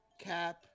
cap